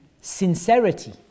sincerity